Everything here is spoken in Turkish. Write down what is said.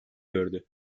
gördü